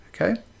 Okay